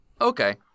Okay